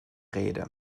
rede